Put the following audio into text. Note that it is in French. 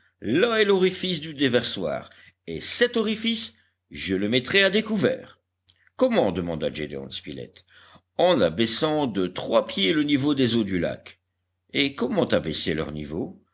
là est l'orifice du déversoir et cet orifice je le mettrai à découvert comment demanda gédéon spilett en abaissant de trois pieds le niveau des eaux du lac et comment abaisser leur niveau